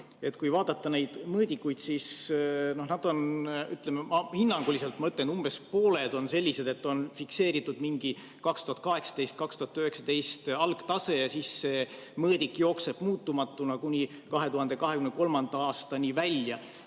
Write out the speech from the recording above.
Kui vaadata neid mõõdikuid, siis hinnanguliselt umbes pooled on sellised, et on fikseeritud 2018 või 2019 algtase ja siis see mõõdik jookseb muutumatuna kuni 2023. aastani välja.